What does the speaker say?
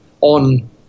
on